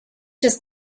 just